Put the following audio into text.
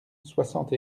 soixante